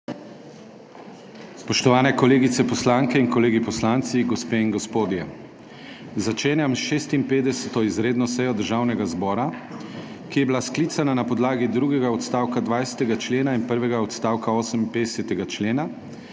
Spoštovani kolegice poslanke in kolegi poslanci, gospe in gospodje! Začenjam 56. izredno sejo Državnega zbora, ki je bila sklicana na podlagi drugega odstavka 20. člena in prvega odstavka 58. člena